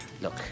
Look